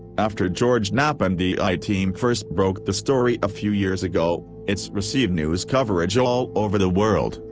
after george knapp and the i-team first broke the story a few years ago, it's received news coverage all over the world,